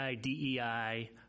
DEI